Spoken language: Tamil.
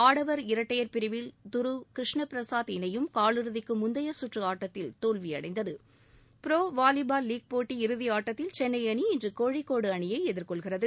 ஆடவர் இரட்டையர் பிரிவில் கிருஷ்ண பிரசாத் துருவ் இணையும் காலிறுதிக்கு முந்தைய சுற்று ஆட்டத்தில் தோல்வி அடைந்தது ப்ரோ வாலிபால் லீக் போட்டி இறுதி ஆட்டத்தில் சென்னை அணி இன்று கோழிக்கோடு அணியை எதிர்கொள்கிறது